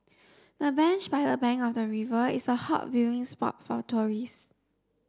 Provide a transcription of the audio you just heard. the bench by the bank of the river is a hot viewing spot for tourists